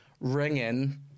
ring-in